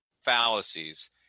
fallacies